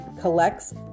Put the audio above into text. collects